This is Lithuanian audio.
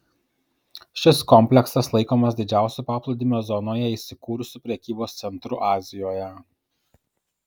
šis kompleksas laikomas didžiausiu paplūdimio zonoje įsikūrusiu prekybos centru azijoje